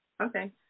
Okay